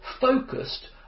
focused